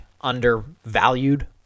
undervalued